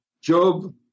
job